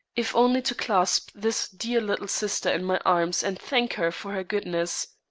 if only to clasp this dear little sister in my arms and thank her for her goodness.